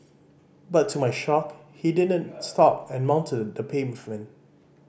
but to my shock he didn't stop and mounted the pavement